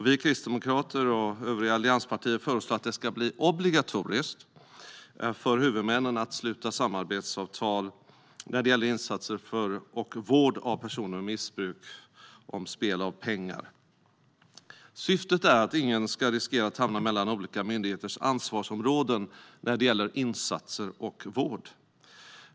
Vi kristdemokrater och övriga allianspartier föreslår att det ska bli obligatoriskt för huvudmännen att sluta samarbetsavtal när det gäller insatser för och vård av personer med missbruk av spel om pengar. Syftet är att ingen ska riskera att hamna mellan olika myndigheters ansvarsområden när det gäller insatser och vård.